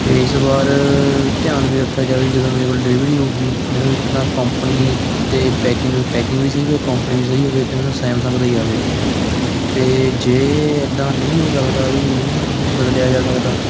ਅਤੇ ਇਸ ਵਾਰ ਧਿਆਨ ਵੀ ਰੱਖਿਆ ਜਾਵੇ ਜਦੋਂ ਮੇਰੇ ਕੋਲ ਡਿਲੀਵਰੀ ਹੋਵੇਗੀ ਮੈਨੂੰ ਇੱਕ ਤਾਂ ਕੋਂਪਨੀ ਅਤੇ ਪੈਕਿੰਗ ਪੈਕਿੰਗ ਵੀ ਸਹੀ ਹੋਵੇ ਕੋਂਪਨੀ ਵੀ ਸਹੀ ਹੋਵੇ ਅਤੇ ਮੈਨੂੰ ਸੈਮਸੰਗ ਦਾ ਹੀ ਆਵੇ ਅਤੇ ਜੇ ਇੱਦਾਂ ਨਹੀਂ ਹੋ ਸਕਦਾ ਵੀ ਨਹੀਂ ਬਦਲਿਆ ਜਾ ਸਕਦਾ